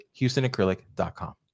houstonacrylic.com